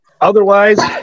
Otherwise